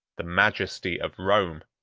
the majesty of rome.